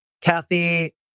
Kathy